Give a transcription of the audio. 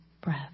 breath